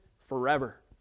forever